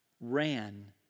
ran